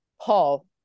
Paul